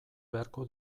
beharko